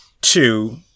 two